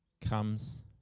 comes